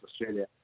Australia